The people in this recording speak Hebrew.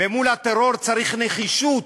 ומול הטרור צריך נחישות,